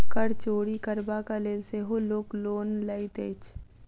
कर चोरि करबाक लेल सेहो लोक लोन लैत अछि